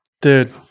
Dude